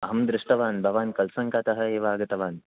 अहं दृष्टवान् भवान् कल्सङ्कातः एव आगतवान्